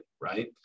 right